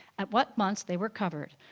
at what months they were covered,